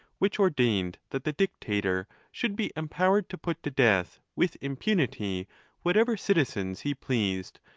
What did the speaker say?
which ordained that the dictator should be em powered to put to death with impunity whatever citizens he pleased,